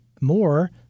more